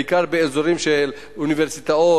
בעיקר באזורים של אוניברסיטאות.